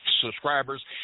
subscribers